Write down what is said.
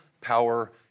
power